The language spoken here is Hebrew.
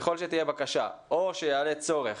ככל שתהיה בקשה או שיעלה צורך,